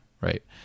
right